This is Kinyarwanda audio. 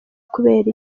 kubera